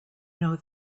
know